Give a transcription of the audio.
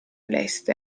leste